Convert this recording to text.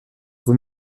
vous